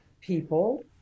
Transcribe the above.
people